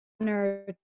honor